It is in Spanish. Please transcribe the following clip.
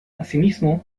asimismo